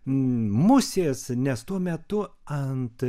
musės nes tuo metu ant